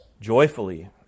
Joyfully